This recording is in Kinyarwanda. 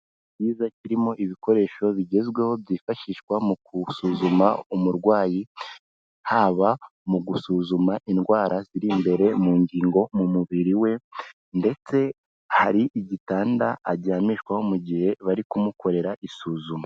Icyumba cyiza kirimo ibikoresho bigezweho byifashishwa mu gusuzuma umurwayi, haba mu gusuzuma indwara ziri imbere mu ngingo, mu mubiri we ndetse hari igitanda aryamishwaho mu gihe bari kumukorera isuzuma.